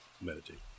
meditate